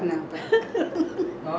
அக்கா:akka propose பண்ணிங்லா:panneeggalaa